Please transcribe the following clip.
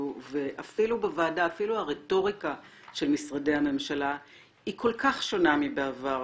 אפילו הרטוריקה של משרדי הממשלה היא כל כך שונה מבעבר.